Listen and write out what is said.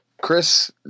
chris